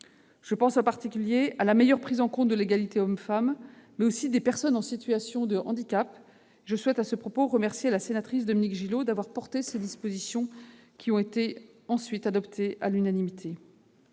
Je pense en particulier à la meilleure prise en compte de l'égalité femme-homme, mais aussi des personnes en situation de handicap. Je souhaite à ce propos remercier Mme la sénatrice Dominique Gillot d'avoir porté ces dispositions, qui ont ensuite été adoptées à l'unanimité.